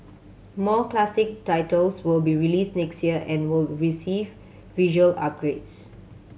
more classic titles will be released next year and will receive visual upgrades